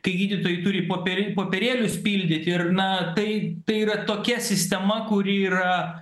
kai gydytojai turi popier popierėlius pildyti ir na tai tai yra tokia sistema kuri yra